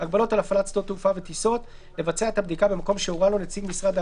שואלים על זה, משבועיים זה